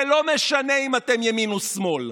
זה לא משנה אם אתם ימין ושמאל,